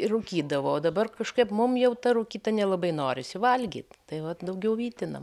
ir rūkydavo o dabar kažkaip mum jau ta rūkyta nelabai norisi valgyt tai vat daugiau vytinam tai kiek dabar turite